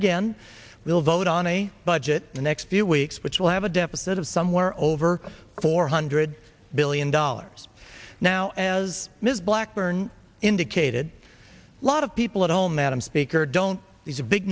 again we'll vote on a budget the next few weeks which will have a deficit of somewhere over four hundred billion dollars now as ms blackburn indicated a lot of people at all madam speaker don't these are big